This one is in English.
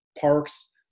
parks